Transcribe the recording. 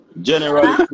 General